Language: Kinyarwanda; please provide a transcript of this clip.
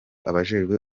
abajejwe